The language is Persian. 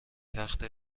تخت